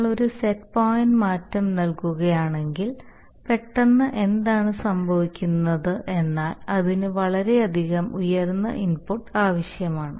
നിങ്ങൾ ഒരു set point മാറ്റം നൽകുകയാണെങ്കിൽ പെട്ടെന്ന് എന്താണ് സംഭവിക്കുന്നത് എന്നാൽ അതിന് വളരെയധികം ഉയർന്ന ഇൻപുട്ട് ആവശ്യമാണ്